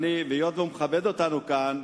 היות שהוא מכבד אותנו כאן,